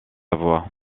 voie